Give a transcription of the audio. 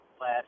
last